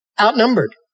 outnumbered